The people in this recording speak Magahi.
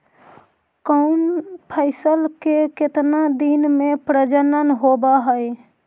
कौन फैसल के कितना दिन मे परजनन होब हय?